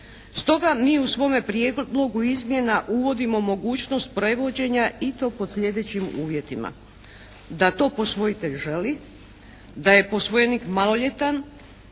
Stoga mi u svome prijedlogu izmjena uvodimo mogućnost prevođenja i to pod sljedećim uvjetima, da to posvojitelj želi, da je posvojenik maloljetan